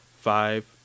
five